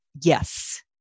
Yes